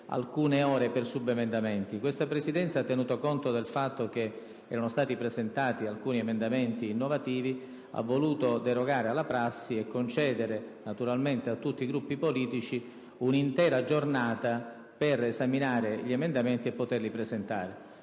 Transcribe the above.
alcune ore per i subemendamenti. Questa Presidenza, tenuto conto del fatto che erano stati presentati alcuni emendamenti innovativi, ha voluto derogare alla prassi e concedere, naturalmente a tutti i Gruppi politici, un'intera giornata per esaminare i nuovi emendamenti e presentare